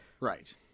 Right